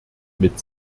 mit